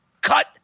Cut